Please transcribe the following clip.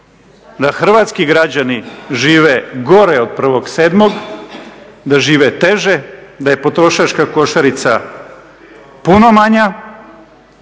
da hrvatski građani žive gore od 1.7., da žive teže, da je potrošačka košarica puno manja